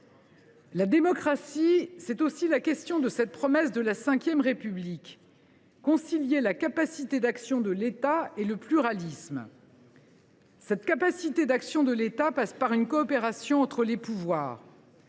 La démocratie, c’est aussi la question de cette promesse de la V République : concilier la capacité d’action de l’État et le pluralisme. « Cette capacité d’action de l’État passe par une coopération entre les pouvoirs.